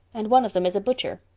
and one of them is a butcher.